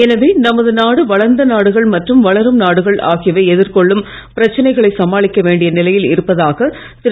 எனவே நமது நாடு வளர்ந்த நாடுகள் மற்றும் வளரும் நாடுகள் ஆகியவை எதிர்கொள்ளும் பிரச்சனைகளை சமாளிக்க வேண்டிய நிலையில் இருப்பதாக திரு